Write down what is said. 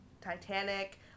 Titanic